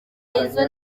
izzo